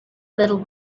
little